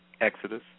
Exodus